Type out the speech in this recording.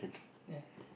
ya